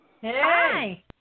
Hi